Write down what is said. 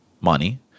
money